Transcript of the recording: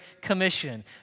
commission